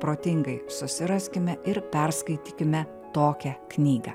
protingai susiraskime ir perskaitykime tokią knygą